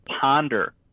ponder